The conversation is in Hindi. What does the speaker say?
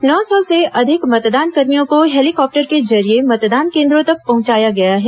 नौ सौ से अधिक मतदानकर्मियों को हेलीकॉप्टर के जरिये मतदान केंद्रों तक पहुंचाया गया है